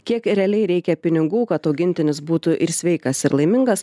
kiek realiai reikia pinigų kad augintinis būtų ir sveikas ir laimingas